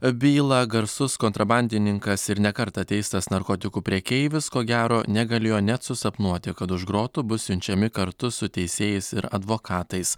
bylą garsus kontrabandininkas ir ne kartą teistas narkotikų prekeivis ko gero negalėjo net susapnuoti kad už grotų bus siunčiami kartu su teisėjais ir advokatais